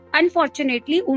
unfortunately